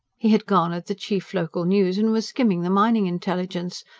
he had garnered the chief local news and was skimming the mining intelligence,